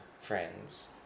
friends